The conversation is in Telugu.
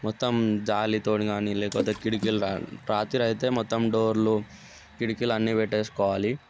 మొత్తం జాలీతోని కానీ లేకపోతే కిటికీల రాత్రి అయితే మొత్తం డోర్లు కిటికీలు అన్నీ పెట్టేసుకోవాలి